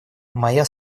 моя